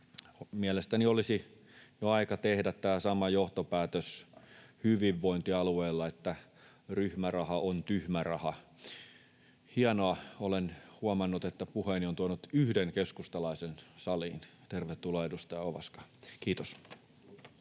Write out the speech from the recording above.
olisi jo aika tehdä tämä sama johtopäätös, että ryhmäraha on tyhmä raha. Hienoa — olen huomannut, että puheeni on tuonut yhden keskustalaisen saliin. Tervetuloa, edustaja Ovaska. — Kiitos.